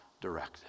directed